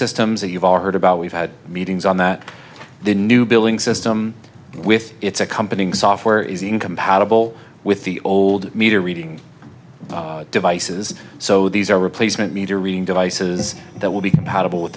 systems that you've all heard about we've had meetings on that the new billing system with its accompanying software is incompatible with the old meter reading devices so these are replacement meter reading devices that will be compatible with